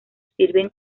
sirven